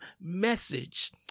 message